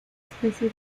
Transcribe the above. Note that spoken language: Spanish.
especie